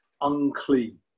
unclean